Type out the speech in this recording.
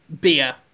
beer